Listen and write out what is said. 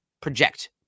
project